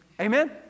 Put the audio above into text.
Amen